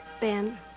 Ben